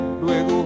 luego